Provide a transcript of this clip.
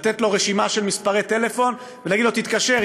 לתת לו רשימה של מספרי טלפון ולהגיד לו: תתקשר,